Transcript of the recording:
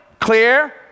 Clear